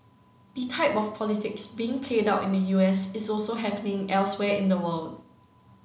the type of politics being played out in the U S is also happening elsewhere in the world